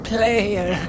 Player